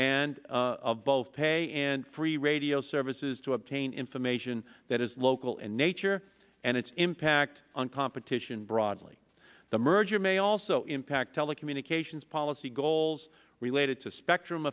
and both pay and free radio services to obtain information that is local and nature and its impact on competition broadly the merger may also impact telecommunications policy goals related to spectrum